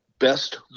Best